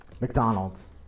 McDonald's